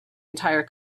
entire